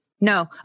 No